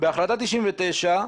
בהחלטה 99',